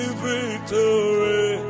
victory